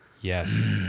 Yes